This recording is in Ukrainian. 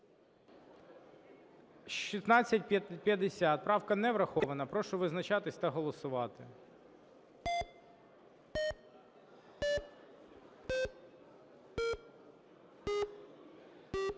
1650 правка не врахована. Прошу визначатися та голосувати.